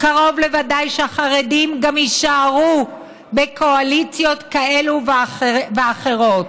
קרוב לוודאי שהחרדים גם יישארו בקואליציות כאלה ואחרות.